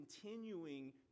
continuing